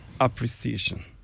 appreciation